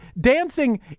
dancing